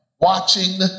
watching